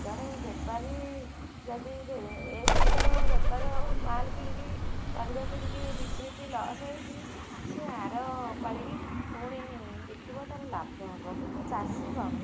ଜଣେ ବେପାରୀ ଯଦି ଏ ଏ ସପ୍ତାହ ବେପାର ମାଲ୍ କିଣିକି ପରିବା କିଣିକି ବିକ୍ରୀଚି ଲସ ହେଇଛି ସିଏ ଆର ପାଳିକି ପୁଣି ବିକିବ ତାର ଲାଭ ହବ କିନ୍ତୁ ଚାଷୀ କ'ଣ